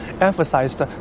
emphasized